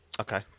Okay